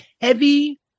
Heavy